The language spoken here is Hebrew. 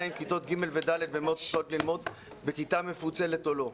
אם כיתות ג' ו-ד' צריכות ללמוד בכיתה מפוצלת או לא.